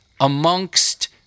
amongst